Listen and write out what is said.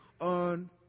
on